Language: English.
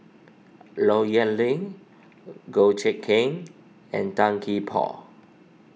Low Yen Ling Goh Kheng and Tan Gee Paw